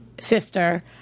sister